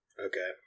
Okay